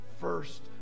first